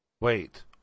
Wait